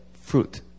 fruit